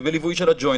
ובליווי של הג'וינט,